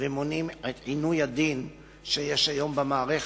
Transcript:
ומונעים את עינוי הדין שיש היום במערכת,